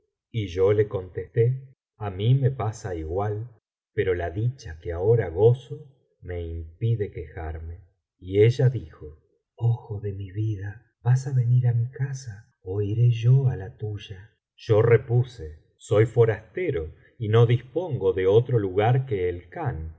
y yo le contesté a mi me pasa igual pero la dicha que ahora gozo me impide quejarme y elja dijo ojo de mi vida vas á venir á mi casa ó iré yo ala tuya yo repuse soy forastero y no dispongo de otro lugar que el khan